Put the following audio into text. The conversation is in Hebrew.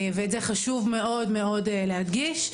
ואת זה חשוב מאוד מאוד להדגיש.